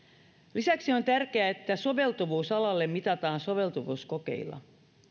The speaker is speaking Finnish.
lisäksi on tärkeää että soveltuvuus alalle mitataan soveltuvuuskokeilla